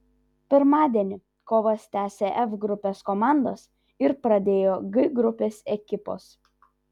pirmadienį kovas tęsė f grupės komandos ir pradėjo g grupės ekipos